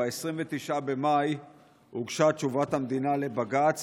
ב-29 במאי הוגשה תשובת המדינה לבג"ץ